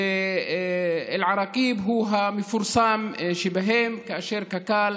ואל-עראקיב הוא המפורסם שבהם, כאשר קק"ל